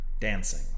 dancing